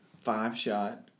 Five-Shot